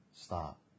Stop